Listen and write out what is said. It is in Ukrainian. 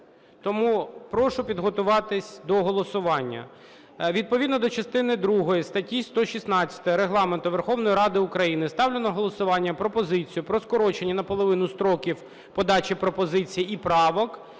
Тому прошу підготуватись до голосування. Відповідно до частини другої статті 116 Регламенту Верховної Ради України ставлю на голосування пропозицію про скорочення наполовину строків подачі пропозицій і правок